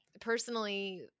personally